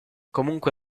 comunque